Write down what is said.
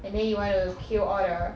and then you want to kill all the